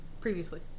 previously